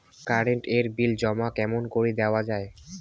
Current এর bill জমা কেমন করি দেওয়া যায়?